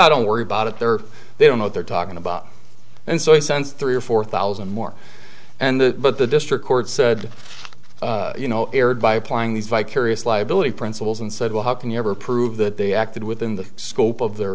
don't worry about it there are they don't know what they're talking about and so i sense three or four thousand more and the but the district court said you know erred by applying these vicarious liability principles and said well how can you ever prove that they acted within the scope of their